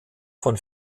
von